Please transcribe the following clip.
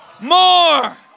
more